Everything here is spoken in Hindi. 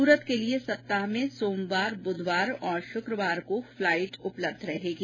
सूरत के लिए सप्ताह में सोमवार बुधवार और शुक्रवार को उड़ान उपलब्ध रहेगी